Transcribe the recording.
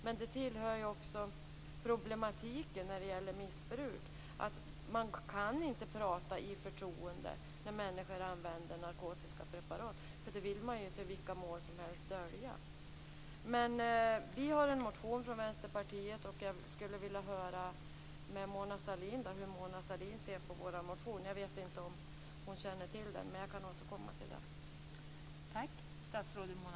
Men det tillhör också problemet med missbruk att det inte går att prata i förtroende med människor som använder narkotiska preparat. Då används vilka medel som helst för att dölja användandet. Vänsterpartiet har väckt en motion, och jag skulle vilja veta hur Mona Sahlin ser på vår motion. Jag vet inte om hon känner till den, men jag kan återkomma till den.